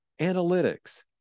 analytics